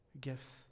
gifts